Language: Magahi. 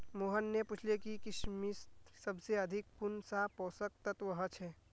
मोहन ने पूछले कि किशमिशत सबसे अधिक कुंन सा पोषक तत्व ह छे